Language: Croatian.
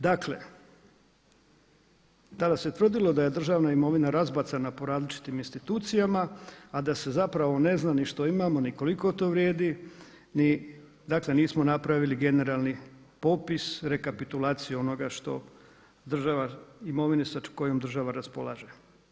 Dakle tada se tvrdilo da je državna imovina razbacana po različitim institucijama, a da se zapravo ne zna ni što imamo ni koliko to vrijedi, dakle nismo napravili generalni popis, rekapitulaciju onoga imovine s kojom država raspolaže.